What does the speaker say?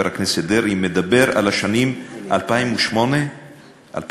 הכנסת דרעי מדבר על השנים 2008 2013,